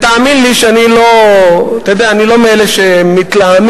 ותאמין לי שאני לא מאלה שמתלהמים: